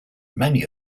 many